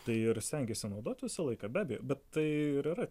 tai ir stengiesi naudot visą laiką be abejo bet tai ir yra